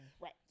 Right